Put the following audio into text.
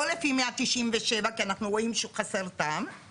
לא לפי 197 כי אנחנו רואים שהוא חסר טעם,